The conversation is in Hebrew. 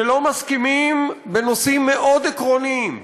שלא מסכימים בנושאים מאוד עקרוניים,